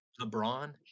LeBron